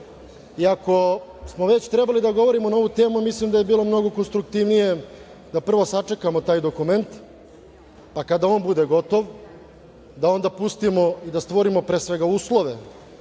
smo već trebali da govorimo na ovu temu, mislim da bi bilo mnogo konstruktivnije da prvo sačekamo taj dokument, pa kada on bude gotov, da onda pustimo i da stvorimo, pre svega uslove